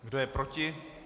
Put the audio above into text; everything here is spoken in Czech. Kdo je proti?